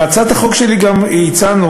בהצעת החוק שלי גם הצענו